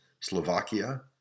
Slovakia